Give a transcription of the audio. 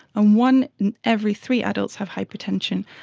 and one in every three adults have hypertension,